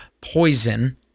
poison